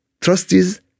trustees